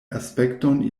aspekton